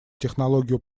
технологию